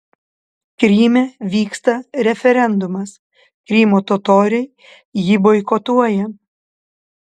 kryme vyksta referendumas krymo totoriai jį boikotuoja